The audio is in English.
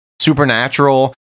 supernatural